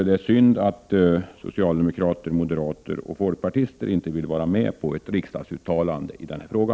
Det är synd att socialdemokrater, moderater och folkpartister inte vill vara med på ett riksdagsuttalande i denna fråga.